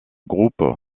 groupe